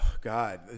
God